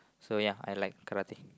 so ya I like karate